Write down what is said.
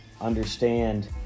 understand